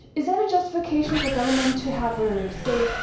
is that a justification for government to have a, say,